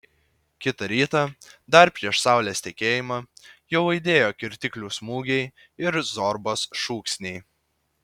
kitą rytą dar prieš saulės tekėjimą jau aidėjo kirtiklių smūgiai ir zorbos šūksniai